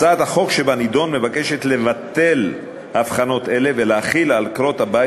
הצעת החוק שבנדון מבקשת לבטל הבחנות אלה ולהחיל על עקרות-הבית